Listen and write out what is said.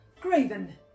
Graven